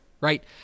Right